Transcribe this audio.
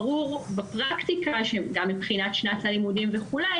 ברור שבפרקטיקה גם מבחינת שנת הלימודים וכו',